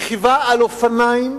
שרכיבה על אופניים,